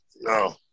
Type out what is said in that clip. no